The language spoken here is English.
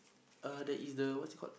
uh that is the what is it called